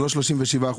לא 37%,